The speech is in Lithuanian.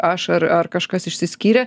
aš ar ar kažkas išsiskyrė